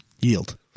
Yield